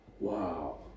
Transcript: Wow